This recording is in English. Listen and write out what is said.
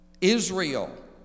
Israel